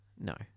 No